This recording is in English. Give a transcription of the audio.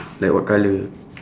like what colour